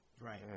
Right